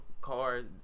cars